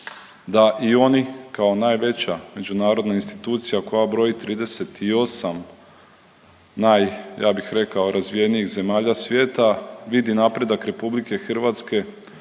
da i oni kao najveća međunarodna institucija koja broji 38 naj ja bih rekao razvijenijih zemalja svijeta vidi napredak Republike Hrvatske